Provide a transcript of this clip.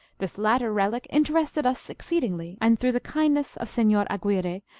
this latter relic interested us exceedingly, and, through the kindness of sr. aguirre,